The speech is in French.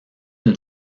une